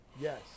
Yes